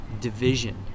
division